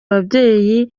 ababyeyi